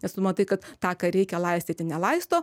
nes tu matai kad tą ką reikia laistyti nelaisto